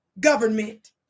government